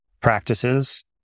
practices